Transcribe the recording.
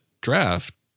draft